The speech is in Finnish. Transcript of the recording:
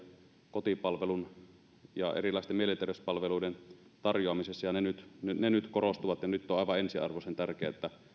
kotipalvelun ja erilaisten mielenterveyspalveluiden tarjoamisessa ja ne nyt korostuvat nyt on aivan ensiarvoisen tärkeää että